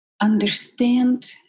understand